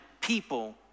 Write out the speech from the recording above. people